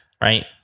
right